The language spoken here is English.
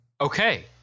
Okay